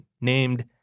named